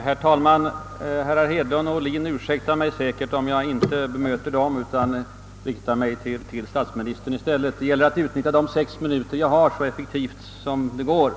Herr talman! Herrar Hedlund och Ohlin ursäktar mig säkert, om jag inte bemöter dem utan riktar mig mot statsministern i stället, Det gäller att utnyttja de sex minuterna jag har till förfogande så effektivt som möjligt.